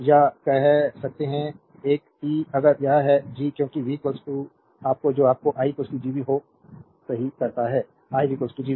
या कर सकते हैं एक ई अगर यह है जी क्योंकि v आपका जो आपके i Gv को सही कहता है i Gv